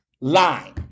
line